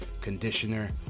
conditioner